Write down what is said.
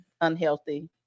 unhealthy